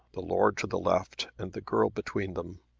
the lord to the left and the girl between them.